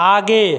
आगे